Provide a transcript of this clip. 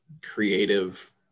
Creative